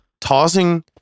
tossing